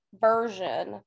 version